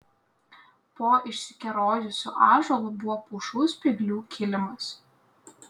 po išsikerojusiu ąžuolu buvo pušų spyglių kilimas